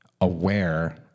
aware